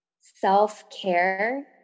Self-care